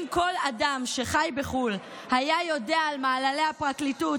אם כל אדם שחי בחו"ל היה יודע על מעללי הפרקליטות